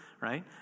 right